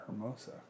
Hermosa